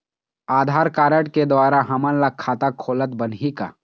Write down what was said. आधार card के द्वारा हमन ला खाता खोलत बनही का?